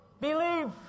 Believe